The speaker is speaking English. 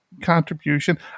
Contribution